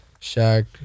Shaq